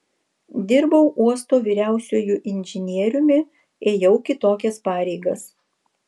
dirbau uosto vyriausiuoju inžinieriumi ėjau kitokias pareigas